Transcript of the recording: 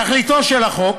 תכליתו של החוק